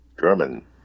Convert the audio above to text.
German